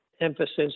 emphasis